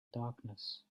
darkness